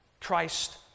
Christ